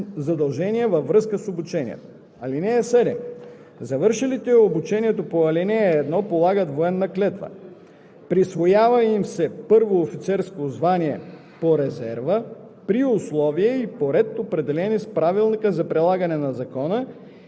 задължително застраховане срещу смърт и неработоспособност вследствие на злополука при изпълнение на задължения във връзка с обучението. (7) Завършилите обучението по ал. 1 полагат военна клетва,